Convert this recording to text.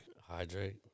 Hydrate